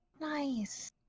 Nice